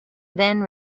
then